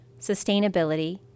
sustainability